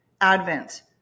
Advent